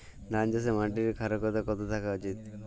ধান চাষে মাটির ক্ষারকতা কত থাকা উচিৎ?